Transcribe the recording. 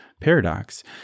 paradox